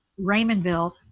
Raymondville